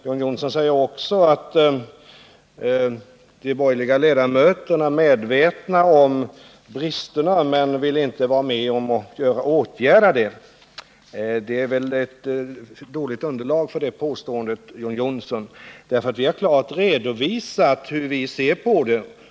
John Johnsson sade också att de borgerliga är medvetna om bristerna men att de inte vill vara med om några åtgärder. Det finns, John Johnsson, dåligt underlag för det påståendet, eftersom vi har klart redovisat hur vi ser på saken.